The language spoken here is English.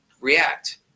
react